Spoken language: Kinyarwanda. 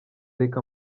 reka